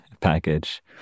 package